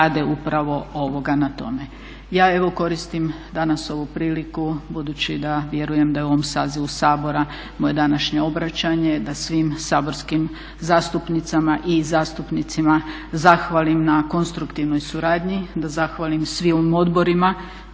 evo koristim danas ovu priliku, budući da vjerujem da je u ovom sazivu Sabora moje današnje obraćanje da svim saborskim zastupnicama i zastupnicima zahvalim na konstruktivnoj suradnji, da zahvalim svim odborima